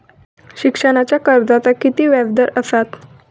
शिक्षणाच्या कर्जाचा किती व्याजदर असात?